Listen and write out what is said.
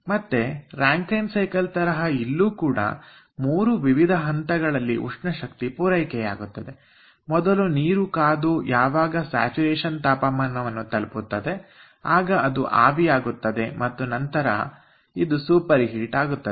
ಮತ್ತೆ Rankine cycle ತರಹ ಇಲ್ಲೂ ಕೂಡ ಮೂರು ವಿವಿಧ ಹಂತಗಳಲ್ಲಿ ಉಷ್ಣಶಕ್ತಿ ಪೂರೈಕೆಯಾಗುತ್ತದೆ ಮೊದಲು ನೀರು ಕಾದು ಯಾವಾಗ ಸ್ಯಾಚುರೇಶನ್ ತಾಪಮಾನವನ್ನು ತಲುಪುತ್ತದೆ ಆಗ ಅದು ಆವಿಯಾಗುತ್ತದೆ ಮತ್ತು ನಂತರ ಇದು ಸೂಪರ್ ಹೀಟ್ ಆಗುತ್ತದೆ